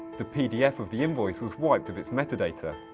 the pdf of the invoice was wiped of its metadata.